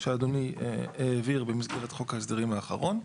שאדוני העביר במסגרת חוק ההסדרים האחרון,